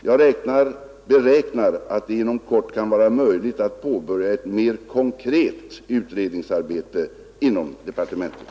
Jag beräknar att det inom kort kan vara möjligt att påbörja ett mer konkret utredningsarbete inom departementet.